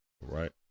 right